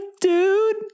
dude